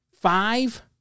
five